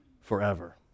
Forever